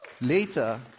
Later